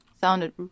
sounded